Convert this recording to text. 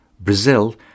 Brazil